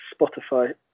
Spotify